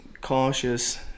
cautious